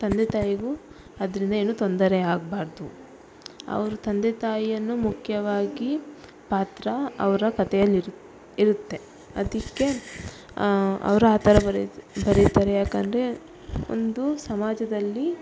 ತಂದೆ ತಾಯಿಗೂ ಅದರಿಂದ ಏನು ತೊಂದರೆ ಆಗಬಾರ್ದು ಅವ್ರ ತಂದೆ ತಾಯಿಯನ್ನು ಮುಖ್ಯವಾಗಿ ಪಾತ್ರ ಅವರ ಕಥೆಯಲ್ಲಿರುತ್ತೆ ಇರುತ್ತೆ ಅದಕ್ಕೆ ಅವರ ಆ ಥರ ಬರಿತಾರೆ ಯಾಕಂದ್ರೆ ಒಂದು ಸಮಾಜದಲ್ಲಿ